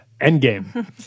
Endgame